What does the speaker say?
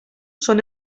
són